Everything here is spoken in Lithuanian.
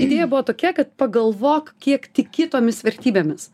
idėja buvo tokia kad pagalvok kiek tiki tomis vertybėmis